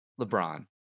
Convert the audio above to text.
LeBron